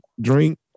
drink